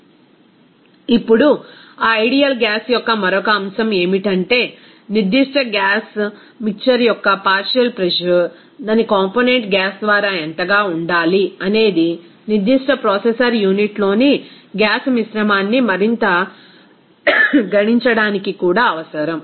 refer slide టైం3020 ఇప్పుడు ఆ ఐడియల్ గ్యాస్ యొక్క మరొక అంశం ఏమిటంటే నిర్దిష్ట గ్యాస్ మిక్సర్ యొక్క పార్షియల్ ప్రెజర్ దాని కాంపోనెంట్ గ్యాస్ ద్వారా ఎంతగా ఉండాలి అనేది నిర్దిష్ట ప్రాసెసర్ యూనిట్లోని గ్యాస్ మిశ్రమాన్ని మరింత గణించడానికి కూడా అవసరం